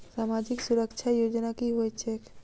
सामाजिक सुरक्षा योजना की होइत छैक?